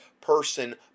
person